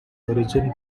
origin